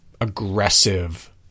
aggressive